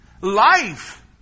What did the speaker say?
life